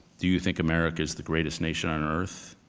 do you think america is the greatest nation on earth?